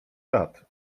lat